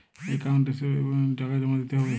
Account এসে টাকা জমা দিতে হবে?